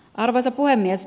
arvoisa puhemies